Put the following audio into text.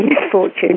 misfortune